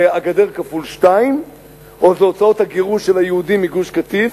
זה הגדר כפול שתיים או זה הוצאות הגירוש של היהודים מגוש-קטיף,